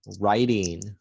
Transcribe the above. writing